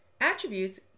Attributes